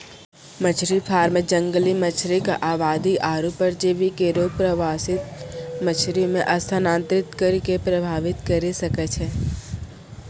मछरी फार्म जंगली मछरी क आबादी आरु परजीवी केरो प्रवासित मछरी म स्थानांतरित करि कॅ प्रभावित करे सकै छै